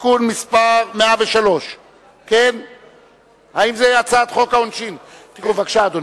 (תיקון מס' 103). בבקשה, אדוני.